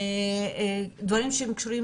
דברים שקשורים